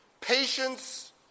Patience